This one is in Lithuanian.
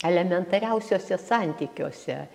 elementariausiuose santykiuose